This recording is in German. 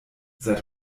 seit